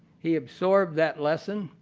he absorbed that lesson.